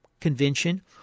convention